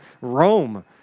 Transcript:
Rome